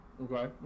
Okay